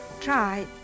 try